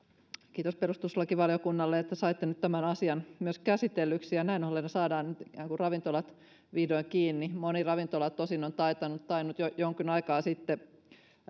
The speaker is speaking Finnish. kiitos perustuslakivaliokunnalle että saitte nyt myös tämän asian käsitellyksi ja näin ollen saadaan nyt ravintolat vihdoin kiinni moni ravintola tosin on tainnut tainnut jo jonkin aikaa sitten